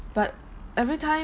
but every time